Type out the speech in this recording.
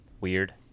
weird